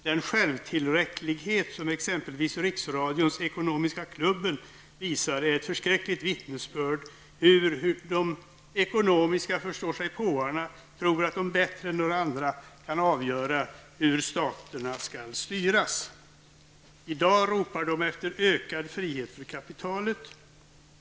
Den självtillräcklighet som exempelvis Riksradions ''Ekonomiska klubben'' visar är ett förskräckligt vittnesbörd om hur de ekononomiska förståsigpåarna tror att de bättre än några andra kan avgöra hur staterna skall styras. I dag ropar de efter ökad frihet för kapitalet.